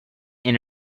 and